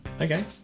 Okay